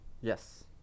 Yes